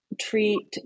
treat